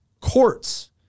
courts